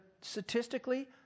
statistically